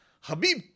Habib